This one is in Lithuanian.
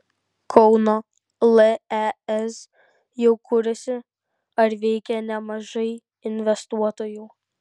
kauno lez jau kuriasi ar veikia nemažai investuotojų